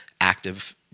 active